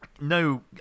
no